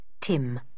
Tim